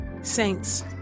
Saints